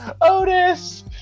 Otis